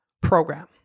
program